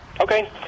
Okay